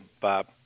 Bob